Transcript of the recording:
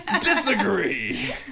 Disagree